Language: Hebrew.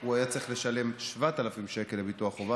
הוא היה צריך לשלם 7,000 שקל לביטוח רכב,